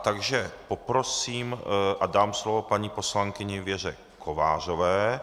Takže poprosím a dám slovo paní poslankyni Věře Kovářové.